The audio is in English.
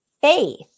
Faith